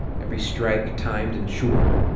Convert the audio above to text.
every strike timed and sure.